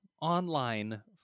online